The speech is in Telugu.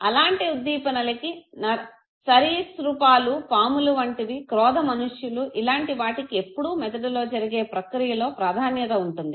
అలాంటి ఉద్దీపనలకి సరీసృపాలు పాములు వంటివి క్రోధ మనుష్యులు ఇలాంటి వాటికి ఎప్పుడు మెదడులో జరిగే ప్రక్రియలో ప్రాధాన్యత ఉంటుంది